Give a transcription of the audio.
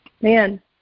man